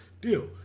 deal